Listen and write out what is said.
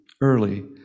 Early